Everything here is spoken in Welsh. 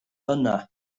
yna